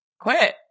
Quit